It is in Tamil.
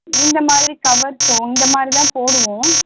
இந்த மாதிரி கவர்ஸ்ஸோ இந்த மாதிரி தான் போடுவோம்